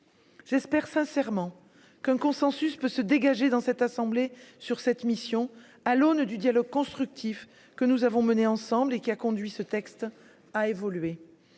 j'espère sincèrement qu'un consensus peut se dégager dans cette assemblée sur cette mission à l'aune du dialogue constructif que nous avons mené ensemble et qui a conduit ce texte a évolué,